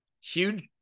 huge –